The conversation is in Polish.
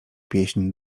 pieśń